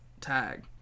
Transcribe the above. tag